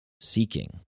seeking